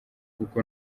kuko